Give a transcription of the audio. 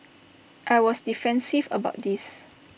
I was defensive about this